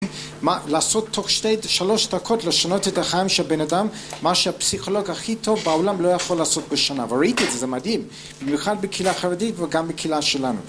מה לעשות תוך 3 דקות לשנות את החיים של הבן אדם מה שהפסיכולוג הכי טוב בעולם לא יכול לעשות בשנה וראיתי את זה, זה מדהים. במיוחד בקהילה החרדית וגם בקהילה שלנו